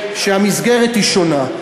שהמסגרת היא שונה.